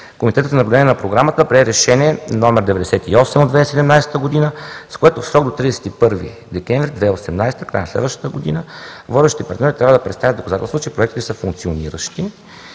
Комитетът за наблюдение на Програмата прие Решение № 98/02.02.2017 г., с което в срок до 31 декември 2018 г., в края на следващата година, водещите партньори трябва да представят доказателства, че проектите са функциониращи,